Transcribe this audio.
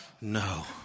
no